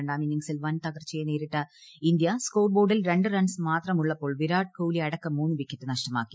രണ്ടാം ഇന്നിംഗ്സിൽ വൻ തകർച്ചയെ നേരിട്ട ഇന്ത്യ സ്കോർ ബോർഡിൽ രണ്ടു റൺസ് മാത്രമുള്ളപ്പോൾ വിരാട് കോഹ്ലി അടക്കം മൂന്നു വിക്കറ്റ് നഷ്ടമാക്കി